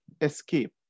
escape